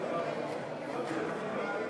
ועסקת מכר מרחוק),